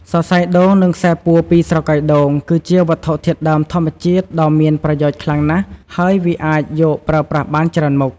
សរសៃដូង និងខ្សែពួរពីស្រកីដូង គឺជាវត្ថុធាតុដើមធម្មជាតិដ៏មានប្រយោជន៍ខ្លាំងណាស់ហើយវាអាចយកប្រើប្រាស់បានច្រើនមុខ។